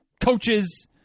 coaches